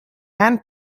han